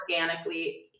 organically